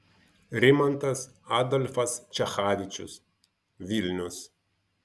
rimantas adolfas čechavičius vilnius